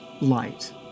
light